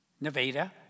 Nevada